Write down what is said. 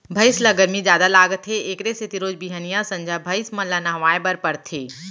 भइंस ल गरमी जादा लागथे एकरे सेती रोज बिहनियॉं, संझा भइंस मन ल नहवाए बर परथे